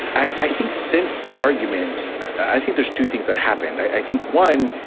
i i think since the arguments, i think there's two things that happened. i think, one,